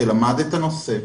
שלמד את הנושא,